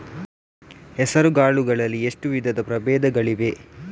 ಹೆಸರುಕಾಳು ಗಳಲ್ಲಿ ಎಷ್ಟು ವಿಧದ ಪ್ರಬೇಧಗಳಿವೆ?